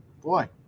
boy